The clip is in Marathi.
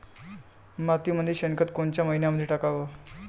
मातीमंदी शेणखत कोनच्या मइन्यामंधी टाकाव?